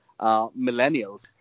millennials